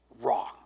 wrong